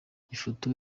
ifoto